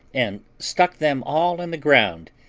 and stuck them all in the ground,